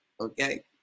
okay